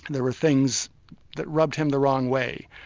and there were things that rubbed him the wrong way,